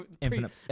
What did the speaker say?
Infinite